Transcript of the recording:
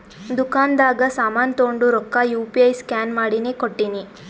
ದುಕಾಂದಾಗ್ ಸಾಮಾನ್ ತೊಂಡು ರೊಕ್ಕಾ ಯು ಪಿ ಐ ಸ್ಕ್ಯಾನ್ ಮಾಡಿನೇ ಕೊಟ್ಟಿನಿ